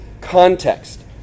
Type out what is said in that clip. context